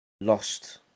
lost